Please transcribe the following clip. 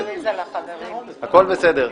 הכל בסדר.